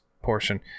Portion